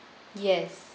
yes